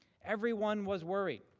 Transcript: everyone was worried